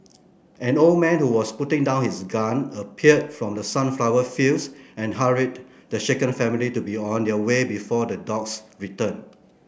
an old man who was putting down his gun appeared from the sunflower fields and hurried the shaken family to be on their way before the dogs return